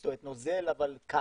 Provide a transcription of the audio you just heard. זאת אומרת נוזל אבל קר,